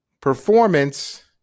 performance